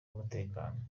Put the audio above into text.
umutekano